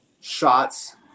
shots